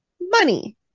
money